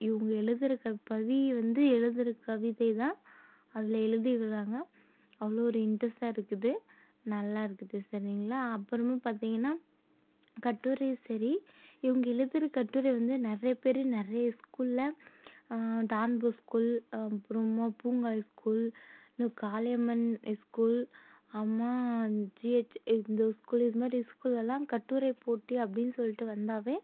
இவங்க எழுதுற க பவி வந்து எழுதுற கவிதை தான் அதில் எழுதி விடுறாங்க அவ்வளோ ஒரு இன்ட்ரெஸ்ட்டாக இருக்குது நல்லா இருக்குது சரிங்களா அப்புறமாக பார்த்திங்கன்னா கட்டுரை சரி இவங்க எழுதுற கட்டுரை வந்து நிறைய பேர் நிறைய ஸ்கூல்ல டான்போ ஸ்கூல் அப்புறமாக பூங்கா ஹை ஸ்கூல் இன்னும் காளியம்மன் இஸ்ஸ்கூல் அப்புறமாக ஜிஹெச் இந்த ஸ்கூல் இதுமாதிரி ஸ்கூல்லலாம் கட்டுரை போட்டி அப்படினு சொல்லிட்டு வந்தாவே